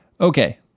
Okay